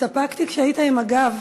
התאפקתי כשהיית עם הגב.